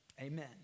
Amen